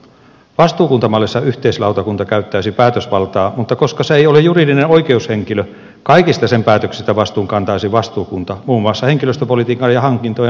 vastuukuntamallissa yhteislautakunta käyttäisi päätösvaltaa mutta koska se ei ole juridinen oikeushenkilö kaikista sen päätöksistä vastuun kantaisi vastuukunta muun muassa henkilöstöpolitiikan ja hankintojen osalta